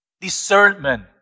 Discernment